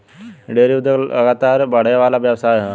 dairy उद्योग लगातार बड़ेवाला व्यवसाय ह